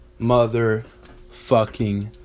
motherfucking